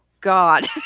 god